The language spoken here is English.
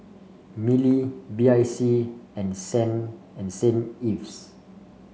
Mili B I C and Saint and Saint Ives